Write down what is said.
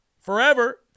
forever